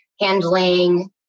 handling